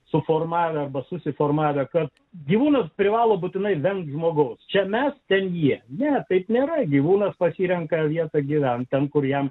suformavę arba susiformavę kad gyvūnas privalo būtinai bent žmogau čia mes ten jie ne taip nėra gyvūnas pasirenka vietą gyventi ten kur jam